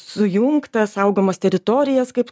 sujungtą saugomas teritorijas kaip